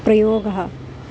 प्रयोगं